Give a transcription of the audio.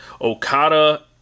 Okada